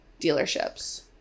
dealerships